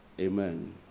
Amen